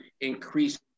increase